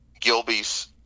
Gilby's